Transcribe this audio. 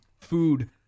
food